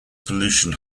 pollution